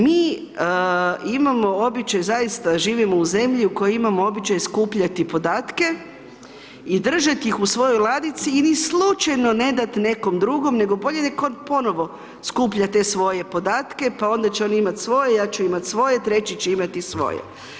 Mi imamo običaj zaista živimo u zemlji u kojoj imamo običaj skupljati podatke i držat ih u svojoj ladici i ni slučajno ne dat nekom drugom nego bolje nek on ponovo skuplja te svoje podatke, pa onda će on imat svoje, ja ću imat svoje treći će imati svoje.